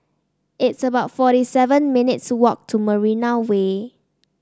it's about forty seven minutes' walk to Marina Way